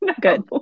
good